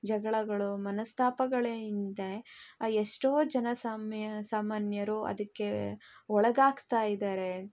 ಜಗಳಗಳು ಮನಸ್ತಾಪಗಳೇ ಹಿಂದೆ ಎಷ್ಟೋ ಜನ ಸಾಮ್ಯ ಸಾಮಾನ್ಯರು ಅದಕ್ಕೆ ಒಳಗಾಗ್ತಾ ಇದ್ದಾರೆ